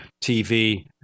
TV